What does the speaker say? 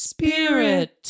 Spirit